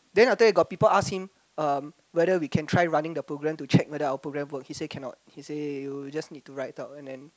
then I tell you got people ask him um whether we can try running the program to check whether our program work he say cannot he say you just need to write out and then